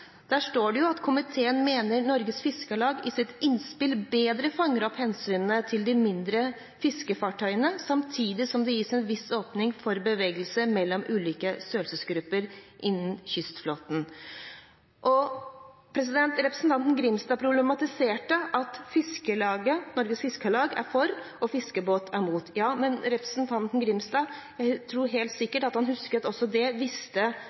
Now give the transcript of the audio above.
mener Norges Fiskarlag i sitt innspill bedre fanger opp hensynet til de mindre fiskefartøyene samtidig som det gis en viss åpning for bevegelse mellom de ulike størrelsesgruppene innen kystflåten.» Representanten Grimstad problematiserte at Norges Fiskarlag er for og Fiskebåt er mot. Men jeg tror helt sikkert representanten Grimstad husker at det visste